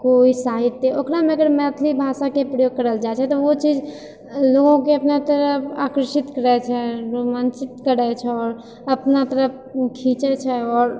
कोइ साहित्य ओकरामे अगर मैथिली भाषाके प्रयोग करल जाइत छै तऽ ओ चीज लोगके अपना तरफ आकर्षित करैत छै रोमांचित करैत छै आओर अपना तरफ खीचय छै आओर